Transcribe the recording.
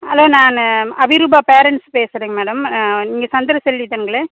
hello நான் Abhirupa parents பேசுகிறேங்க madam நீங்கள் சந்திரசெல்வி தானுங்களே